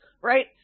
right